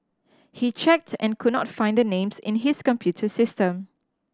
he checks and could not find the names in his computer system